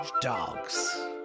dogs